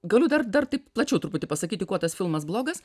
galiu dar dar plačiau truputį pasakyti kuo tas filmas blogas